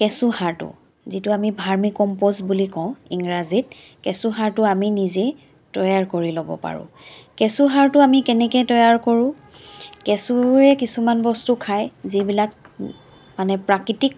কেঁচু সাৰটো যিটো আমি ভাৰ্মিকম্পজ বুলি কওঁ ইংৰাজীত কেঁচু সাৰটো আমি নিজে তৈয়াৰ কৰি ল'ব পাৰো কেঁচু সাৰটো আমি কেনেকে তৈয়াৰ কৰোঁ কেঁচুৱে কিছুমান বস্তু খাই যিবিলাক মানে প্ৰাকৃতিক